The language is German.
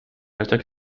alter